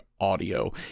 audio